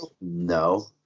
no